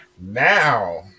Now